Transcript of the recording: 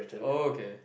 okay